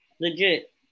Legit